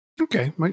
Okay